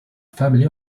family